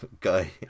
guy